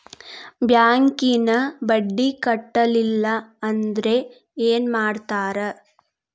ಬ್ಯಾಂಕಿನ ಬಡ್ಡಿ ಕಟ್ಟಲಿಲ್ಲ ಅಂದ್ರೆ ಏನ್ ಮಾಡ್ತಾರ?